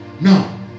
no